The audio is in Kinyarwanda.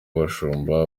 abashumba